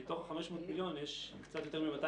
מתוך ה-500 מיליון יש קצת יותר מ-200